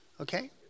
okay